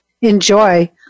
enjoy